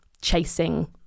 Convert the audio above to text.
chasing